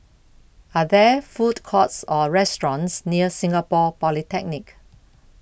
Are There Food Courts Or restaurants near Singapore Polytechnic